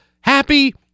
happy